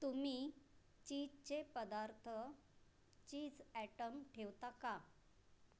तुम्ही चीच्चे पदार्थ चीज ॲयटम ठेवता का